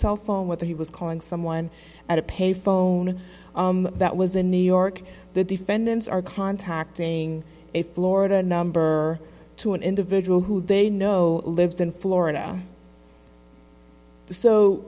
cell phone whether he was calling someone at a pay phone that was in new york the defendants are contacting a florida number two an individual who they know lives in florida so